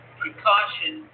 precaution